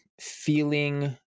feeling